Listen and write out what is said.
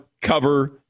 cover